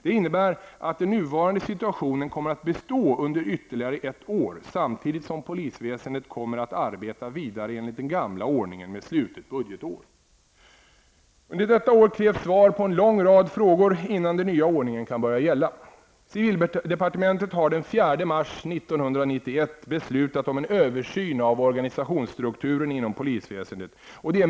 Det innebär att den nuvarande situationen kommer att bestå under ytterligare ett år, samtidigt som polisväsendet kommer att arbeta vidare enligt den gamla ordningen med slutet budgetår. Under detta år krävs svar på en lång rad frågor innan den nya ordningen kan börja gälla. Civildepartementet har den 4 mars 1991 beslutat om en översyn av organisationsstrukturen inom polisväsendet.